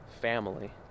family